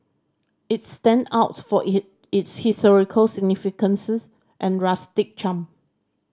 it stand outs for its historical significance's and rustic charm